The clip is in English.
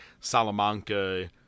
Salamanca